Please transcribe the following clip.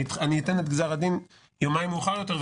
אתן את גזר הדין יומיים מאוחר יותר,